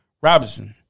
Robinson